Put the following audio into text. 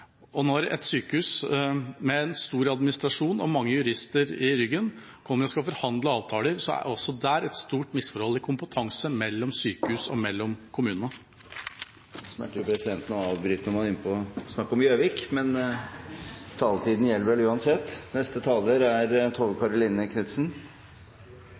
Når et sykehus med en stor administrasjon og mange jurister i ryggen kommer og skal forhandle avtaler, er det også der et stort misforhold i kompetanse mellom sykehus og mellom kommunene. Det smerter presidenten å avbryte når man er inne på å snakke om Gjøvik, men taletiden gjelder vel uansett.